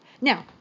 Now